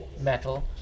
metal